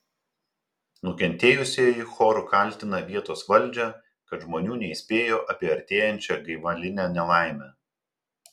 nukentėjusieji choru kaltina vietos valdžią kad žmonių neįspėjo apie artėjančią gaivalinę nelaimę